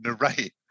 narrate